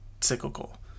cyclical